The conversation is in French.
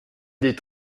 des